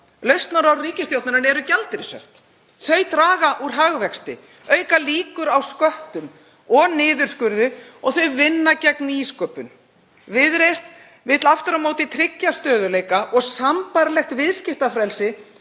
Lausnarorð ríkisstjórnar er gjaldeyrishöft. Þau draga úr hagvexti, auka líkur á sköttum og niðurskurði og vinna gegn nýsköpun. Viðreisn vill aftur á móti tryggja stöðugleika og sambærilegt viðskiptafrelsi